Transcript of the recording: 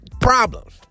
problems